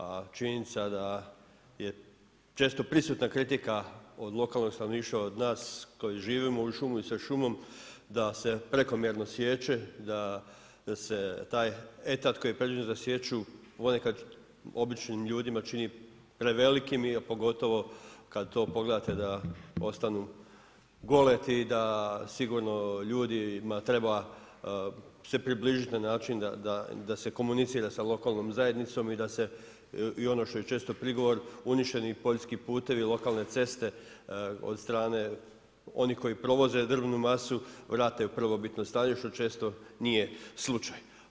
A činjenica da je često prisutna kritika od lokalnog stanovništva, od nas koji živimo u šumi, sa šumom da se prekomjerno siječe, da se taj etat koji je predviđen za sječu ponekad običnim ljudima čini prevelikim pogotovo kad to pogledate da ostanu goleti, da sigurno ljudima treba se približiti na način da se komunicira sa lokalnom zajednicom i da se i ono što je često prigovor uništeni poljski putevi, lokalne ceste od strane onih koji prevoze drvnu masu vrate u prvobitno stanje što često nije slučaj.